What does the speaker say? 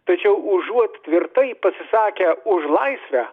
tačiau užuot tvirtai pasisakę už laisvę